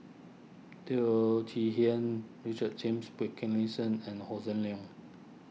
Teo Chee Hean Richard James Wilkinson and Hossan Leong